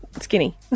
skinny